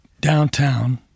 downtown